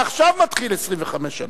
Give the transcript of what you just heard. מעכשיו מתחילות 25 שנה,